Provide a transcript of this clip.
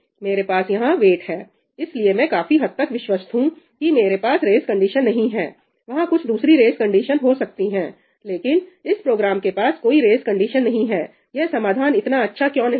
मेरे पास यहां वेट है इसलिए मैं काफी हद तक विश्वस्त हूं कि मेरे पास रेस कंडीशन नहीं है वहां कुछ दूसरी रेस कंडीशन हो सकती हैं लेकिन इस प्रोग्राम के पास कोई रेस कंडीशन नहीं है यह समाधान इतना अच्छा क्यों नहीं है